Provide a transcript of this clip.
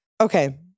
Okay